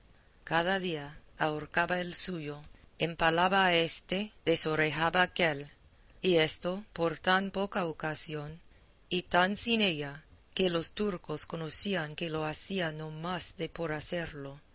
cada día ahorcaba el suyo empalaba a éste desorejaba aquél y esto por tan poca ocasión y tan sin ella que los turcos conocían que lo hacía no más de por hacerlo